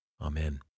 Amen